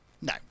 No